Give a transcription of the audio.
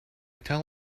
tell